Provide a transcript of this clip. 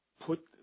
put